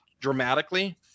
dramatically